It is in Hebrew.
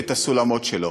והסולמות שלו,